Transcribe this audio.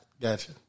Gotcha